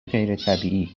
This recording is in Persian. غیرطبیعی